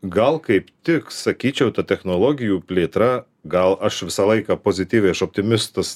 gal kaip tik sakyčiau tų technologijų plėtra gal aš visą laiką pozityviai aš optimistas